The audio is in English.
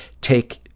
take